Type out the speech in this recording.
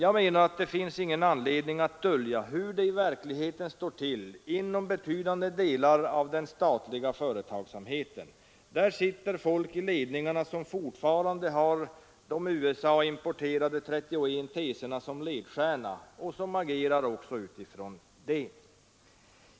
Det finns ingen anledning att dölja hur det i verkligheten står till inom betydande delar av den statliga företagsamheten. Där sitter folk i ledningarna som fortfarande har de USA-importerade 31 teserna som ledstjärna och även agerar utifrån dessa.